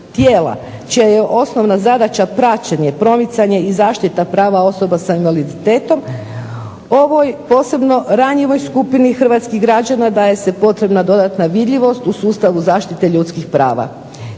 tijela čija je osnovna zadaća praćenje, promicanje i zaštita prava osobe sa invaliditetom ovoj posebno ranjivoj skupini hrvatskih građana daje se potrebna dodatna vidljivost u sustavu zaštite ljudskih prava.